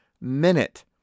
minute